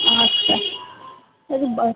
আচ্ছা